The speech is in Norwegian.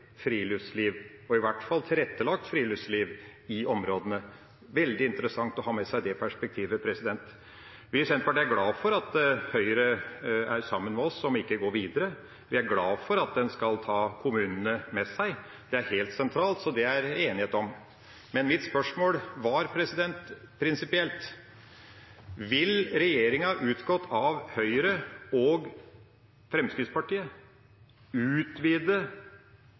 friluftsliv, og i hvert fall tilrettelagt friluftsliv, i områdene. Det er veldig interessant å ha med seg det perspektivet. Vi i Senterpartiet er glad for at Høyre er sammen med oss om ikke å gå videre. Vi er glad for at en skal ta kommunene med seg. Det er helt sentralt. Så det er det enighet om. Men mitt spørsmål var prinsipielt: Vil regjeringa utgått av Høyre og Fremskrittspartiet utvide